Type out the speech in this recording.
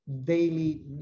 daily